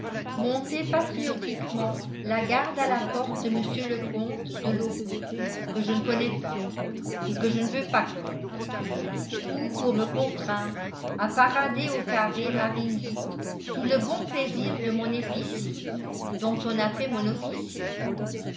monter patriotiquement la garde à la porte de m le comte de lobau que je ne connais pas et que je ne veux pas connaître ou pour me contraindre à parader au carré marigny sous le bon plaisir de mon épicier dont on a fait mon officier